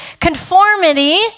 conformity